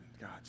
God